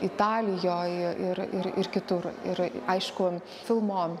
italijoj ir ir ir kitur ir aišku filmo